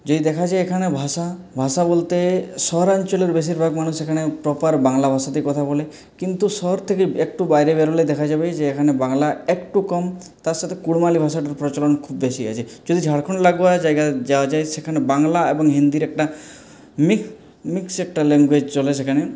যদি দেখা যায় এখানে ভাষা ভাষা বলতে শহরাঞ্চলের বেশিরভাগ মানুষ এখানে প্রপার বাংলা ভাষাতেই কথা বলে কিন্তু শহর থেকে একটু বাইরে বেরোলেই দেখা যাবে যে এখানে বাংলা একটু কম তার সাথে কুড়মালি ভাষার প্রচলন খুব বেশি আছে যদি ঝাড়খন্ড লাগোয়া জায়গায় যাওয়া যায় সেখানে বাংলা এবং হিন্দির একটা মিক্স একটা ল্যাঙ্গোয়েজ চলে সেখানে